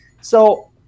So-